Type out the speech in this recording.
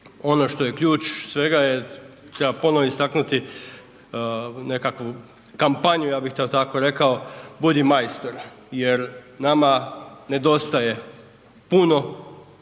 Ono što je ključ svega je treba ponovo istaknuti nekakvu kampanju, ja bih to tako rekao, budi majstor jer nama nedostaje puno